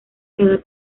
cada